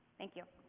thank you.